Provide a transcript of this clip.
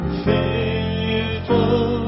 faithful